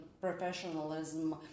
professionalism